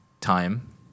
time